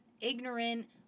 ignorant